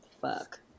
fuck